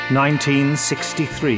1963